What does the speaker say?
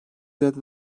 ziyaret